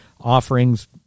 offerings